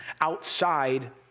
outside